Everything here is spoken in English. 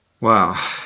Wow